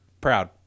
proud